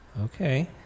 okay